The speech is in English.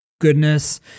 goodness